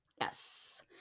yes